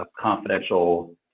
confidential